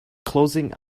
closing